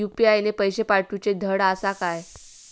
UPI ने पैशे पाठवूचे धड आसा काय?